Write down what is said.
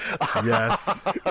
Yes